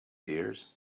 dears